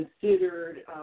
considered